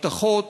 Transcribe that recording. הבטחות,